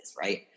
right